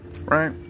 right